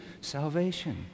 salvation